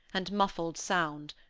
and muffled sound,